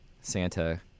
santa